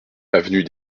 avenue